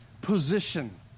position